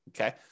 Okay